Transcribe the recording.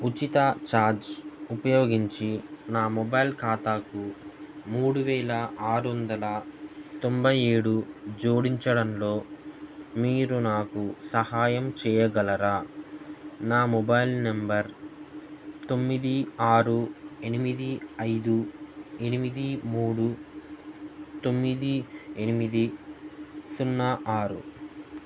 ఉచిత ఛార్జ్ ఉపయోగించి నా మొబైల్ ఖాతాకు మూడు వేల ఆరు వందల తొంభై ఏడు జోడించడంలో మీరు నాకు సహాయం చేయగలరా నా మొబైల్ నెంబర్ తొమ్మిది ఆరు ఎనిమిది ఐదు ఎనిమిది మూడు తొమ్మిది ఎనిమిది సున్నా ఆరు